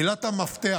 מילת המפתח